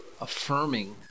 affirming